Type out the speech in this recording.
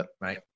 right